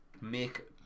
make